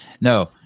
no